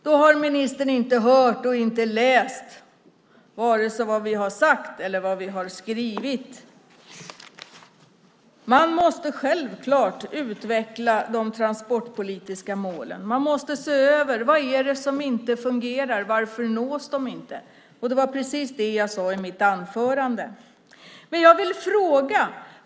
Då har ministern inte hört och inte läst vare sig vad vi har sagt eller vad vi har skrivit. Man måste självklart utveckla de transportpolitiska målen. Man måste se över vad det är som inte fungerar och varför de inte nås. Det var precis det som jag sade i mitt anförande.